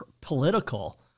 political